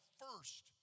first